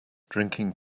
drinking